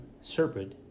serpent